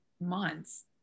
months